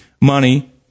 money